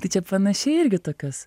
tai čia panašiai irgi tokios